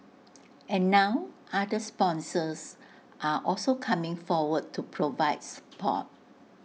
and now other sponsors are also coming forward to provide support